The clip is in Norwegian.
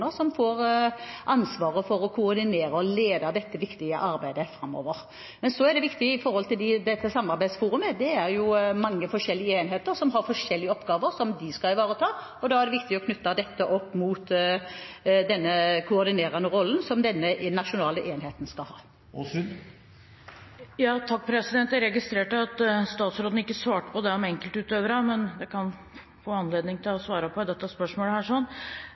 som får ansvaret for å koordinere og lede dette viktige arbeidet framover. Men så er det viktig i forhold til samarbeidsforumet – det er jo mange forskjellige enheter som har forskjellige oppgaver som de skal ivareta – å knytte dette opp mot den koordinerende rollen som den nasjonale enheten skal ha. Jeg registrerte at statsråden ikke svarte på det om enkeltutøvere, men det kan hun få anledning til å svare på i forbindelse med dette spørsmålet.